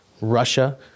Russia